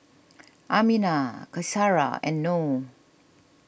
Aminah Qaisara and Noh